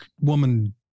woman